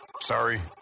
Sorry